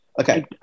Okay